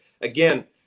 again